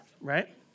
right